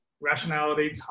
rationality